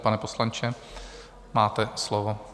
Pane poslanče, máte slovo.